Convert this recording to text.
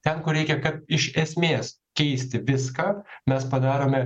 ten kur reikia kad iš esmės keisti viską mes padarome